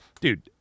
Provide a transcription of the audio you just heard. Dude